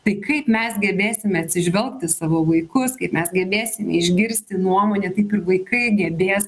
tai kaip mes gebėsime atsižvelgti į savo vaikus kaip mes gebėsim išgirsti nuomonę taip ir vaikai gebės